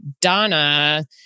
Donna